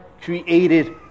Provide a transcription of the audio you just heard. created